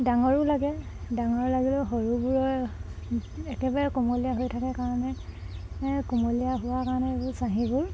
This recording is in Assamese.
ডাঙৰৰো লাগে ডাঙৰৰ লাগিলেও সৰুবোৰৰ একেবাৰে কোমলীয়া হৈ থাকে কাৰণে কোমলীয়া হোৱা কাৰণে এইবোৰ চাহীবোৰ